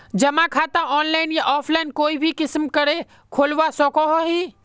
जमा खाता ऑनलाइन या ऑफलाइन कोई भी किसम करे खोलवा सकोहो ही?